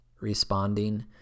Responding